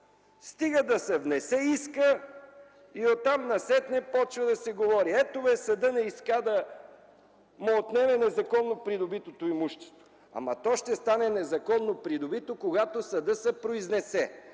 Стига да се внесе искът, оттам насетне започва да се говори: „Ето, съдът не иска да му отнеме незаконно придобитото имущество”. Но то ще стане незаконно придобито, когато съдът се произнесе.